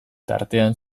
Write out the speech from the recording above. tartean